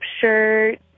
shirt